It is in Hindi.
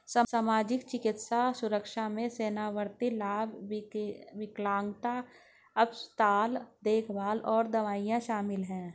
सामाजिक, चिकित्सा सुरक्षा में सेवानिवृत्ति लाभ, विकलांगता, अस्पताल देखभाल और दवाएं शामिल हैं